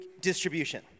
distribution